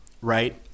Right